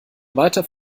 weiter